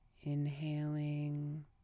inhaling